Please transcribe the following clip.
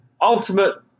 ultimate